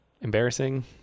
embarrassing